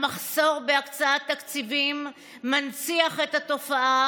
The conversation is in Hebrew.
המחסור בהקצאת תקציבים מנציח את התופעה